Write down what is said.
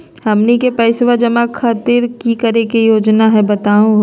हमनी के पैसवा जमा खातीर की की योजना हई बतहु हो?